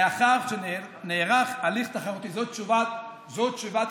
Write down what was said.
לאחר שנערך הליך תחרותי זו תשובת הספרייה,